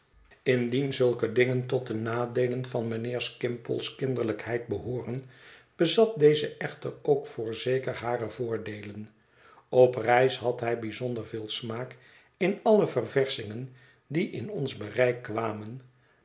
indien zulke dingen tot de nadeelën van mijnheer skimpole's kinderlijkheid behoorden bezat deze echter ook voorzeker hare voordeelen op reis had hij bijzonder veel smaak in alle ververschingen die in ons bereik kwamen